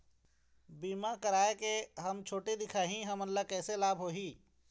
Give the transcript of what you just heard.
बीमा कराए के हम छोटे दिखाही हमन ला कैसे लाभ होही?